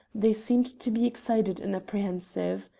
they seemed to be excited and apprehensive.